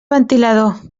ventilador